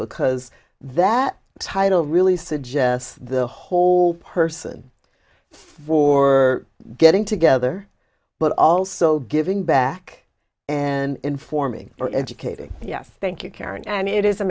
because that title really suggests the whole person for getting together but also giving back and informing or educating yes thank you karen and it is a